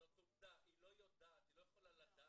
זאת עובדה היא לא יודעת, היא לא יכולה לדעת.